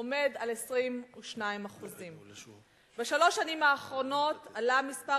עומר על 22%. בשלוש השנים האחרונות עלה מספר